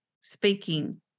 speaking